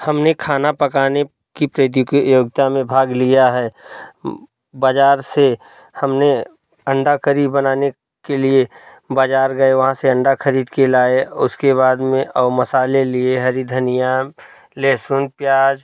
हमने खाना पकाने की प्रतियोगिता में भाग लिया है बाज़ार से हमने अंडा करी बनाने के लिए बाज़ार गए वहाँ से अंडा खरीद कर लाए उसके बाद में और मसाले लिए हरी धनिया लहसुन प्याज